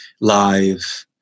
live